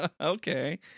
Okay